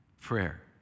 prayer